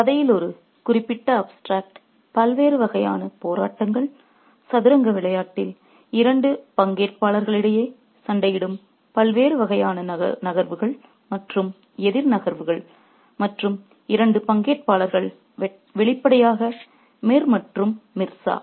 கதையில் ஒரு குறிப்பிட்ட சாறு பல்வேறு வகையான போராட்டங்கள் சதுரங்க விளையாட்டில் இரண்டு பங்கேற்பாளர்களிடையே சண்டையிடும் பல்வேறு வகையான நகர்வுகள் மற்றும் எதிர் நகர்வுகள் மற்றும் இரண்டு பங்கேற்பாளர்கள் வெளிப்படையாக மிர் மற்றும் மிர்சா